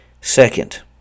second